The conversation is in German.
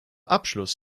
abschluss